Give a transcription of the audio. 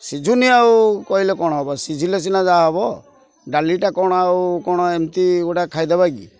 ସିଝୁନି ଆଉ କହିଲେ କ'ଣ ହବ ସିଝିଲେ ସିନା ଯାହା ହବ ଡାଲିଟା କ'ଣ ଆଉ କ'ଣ ଏମିତି ଗୋଟା ଖାଇଦେବା କି